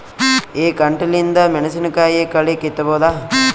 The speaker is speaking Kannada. ಈ ಕಂಟಿಲಿಂದ ಮೆಣಸಿನಕಾಯಿ ಕಳಿ ಕಿತ್ತಬೋದ?